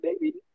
baby